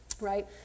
right